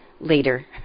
later